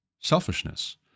selfishness